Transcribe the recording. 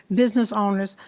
business owners,